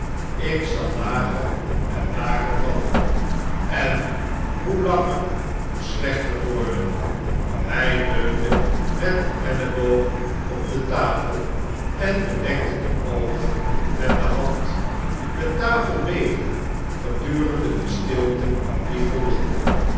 ik zal lager en lager vallen en hoe langer hoe slechter worden hij leunde met den elleboog op de tafel en bedekte de oogen met de hand de tafel beefde gedurende de stilte die volgde